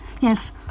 yes